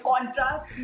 contrast